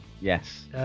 Yes